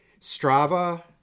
Strava